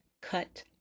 cut